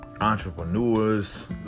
entrepreneurs